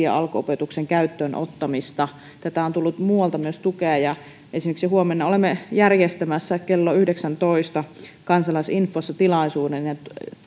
ja alkuopetuksen käyttöön ottamista on tullut myös muualta tukea ja esimerkiksi huomenna olemme järjestämässä kello yhdeksässätoista kansalaisinfossa tilaisuuden ja